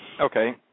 Okay